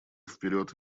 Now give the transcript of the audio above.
вперед